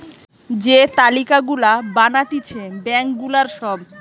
যে তালিকা গুলা বানাতিছে ব্যাঙ্ক গুলার সব